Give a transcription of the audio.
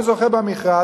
הוא זוכה במכרז,